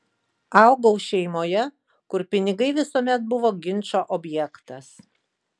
augau šeimoje kur pinigai visuomet buvo ginčo objektas